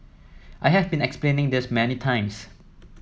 I have been explaining this many times